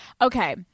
Okay